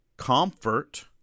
Comfort